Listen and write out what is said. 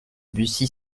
bussy